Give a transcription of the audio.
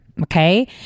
Okay